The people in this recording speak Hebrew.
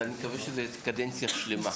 אז אני מקווה שזה קדנציה שלמה.